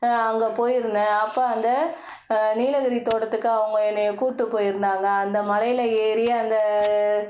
அங்கே போயிருந்தேன் அப்போ அந்த நீலகிரி தோட்டத்துக்கு அவங்க என்னைய கூப்பிட்டு போயிருந்தாங்க அந்த மலையில் ஏறி அந்த